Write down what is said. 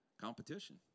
Competition